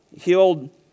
Healed